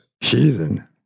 heathen